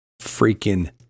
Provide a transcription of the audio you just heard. freaking